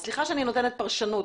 סליחה שאני נותנת פרשנות.